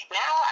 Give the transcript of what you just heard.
now